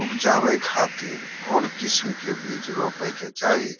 उबजावे खातिर कौन किस्म के बीज रोपे के चाही?